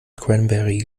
cranberry